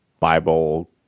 Bible